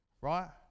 right